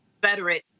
Confederate